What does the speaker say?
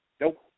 Nope